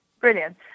Brilliant